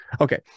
Okay